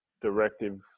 directive